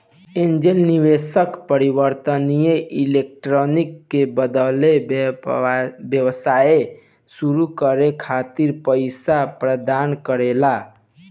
angel निवेशक परिवर्तनीय equity के बदला व्यवसाय सुरू करे खातिर पईसा प्रदान करेला